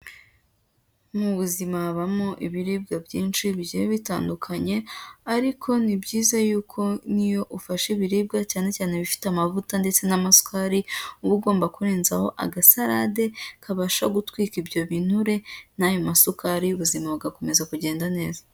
Mu buzima habamo ibiribwa byinshi bigiye bitandukanye, ariko ni byiza yuko nk'iyo ufashe ibiribwa cyane cyane ibifite amavuta ndetse n'amasukari, uba ugomba kurenzaho agasarade kabasha gutwika ibyo binure n'ayo masukari, ubuzima bugakomeza kugenda neza.